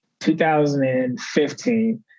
2015